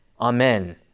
Amen